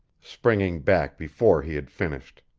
springing back before he had finished.